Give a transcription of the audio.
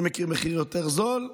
אני מכיר מחיר זול יותר.